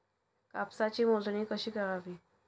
कापसाची मोजणी कशी करावी?